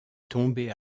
tombé